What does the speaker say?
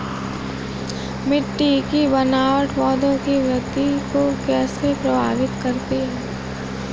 मिट्टी की बनावट पौधों की वृद्धि को कैसे प्रभावित करती है?